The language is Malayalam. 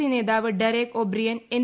സി നേതാവ് ഡരേക് ഒബ്രിയൻ എൻ